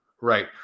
right